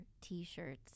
T-shirts